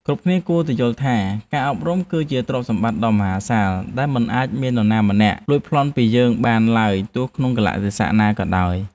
គ្រប់គ្នាគួរតែយល់ថាការអប់រំ គឺជាទ្រព្យសម្បត្តិដ៏មហាសាលដែលមិនអាចមាននរណាម្នាក់លួចប្លន់យកពីយើងបានឡើយទោះក្នុងកាលៈទេសៈណាក៏ដោយ។